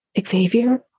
Xavier